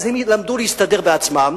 הם למדו להסתדר בעצמם,